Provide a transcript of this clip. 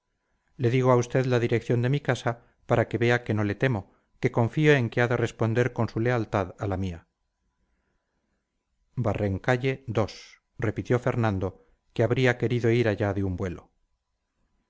le digo a usted la dirección de mi casa para que vea que no le temo que confío en que ha de responder con su lealtad a la mía barrencalle repitió fernando que habría querido ir allá de un vuelo